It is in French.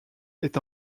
est